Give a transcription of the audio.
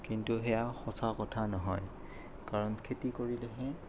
কিন্তু সেইয়া সঁচা কথা নহয় কাৰণ খেতি কৰিলেহে